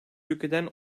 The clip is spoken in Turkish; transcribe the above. ülkeden